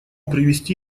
привести